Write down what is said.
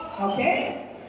Okay